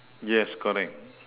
yes correct